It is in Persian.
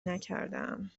نکردهام